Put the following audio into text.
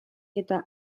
eta